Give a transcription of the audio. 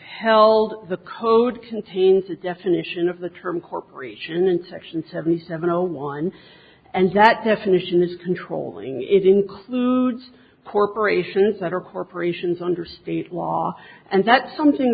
held the code contains a definition of the term corporation into action seventy seven zero one and that definition is controlling it includes corporations that are corporations under state law and that something